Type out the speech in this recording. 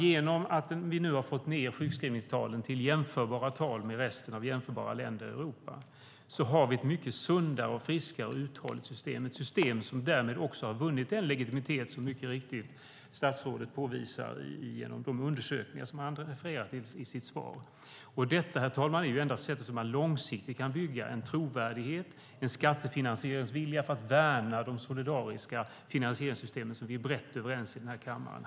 Genom att vi nu har fått ned sjukskrivningstalen till tal som ligger nära dem i jämförbara länder i Europa vill jag påstå att vi har ett mycket sundare, friskare och uthålligare system, som därmed också har vunnit den legitimitet som statsrådet mycket riktigt påvisar genom de undersökningar han refererar till i sitt svar. Detta, herr talman, är det enda sättet att långsiktigt bygga en trovärdighet och en skattefinansieringsvilja för att värna de solidariska finansieringssystem som vi är brett överens om i den här kammaren.